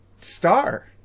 Star